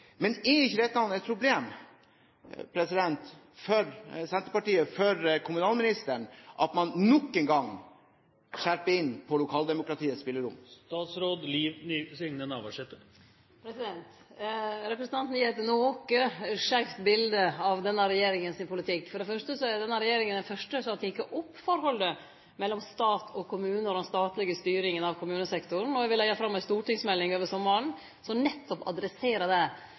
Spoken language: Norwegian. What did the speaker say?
men er det ikke et problem for Senterpartiet og kommunalministeren at man nok en gang snevrer inn lokaldemokratiets spillerom? Representanten gir eit noko skeivt bilete av denne regjeringa sin politikk. For det fyrste er denne regjeringa den fyrste som har teke opp forholdet mellom stat og kommune og den statlege styringa av kommunesektoren. Eg vil over sommaren leggje fram ei stortingsmelding som nettopp adresserer det,